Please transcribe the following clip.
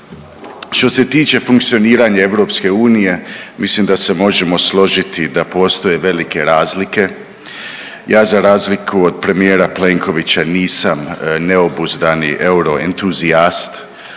Što se tiče funkcioniranje EU mislim da se možemo složiti da postoje velike razlike. Ja za razliku od premijera Plenkovića nisam neobuzdani euroentuzijast,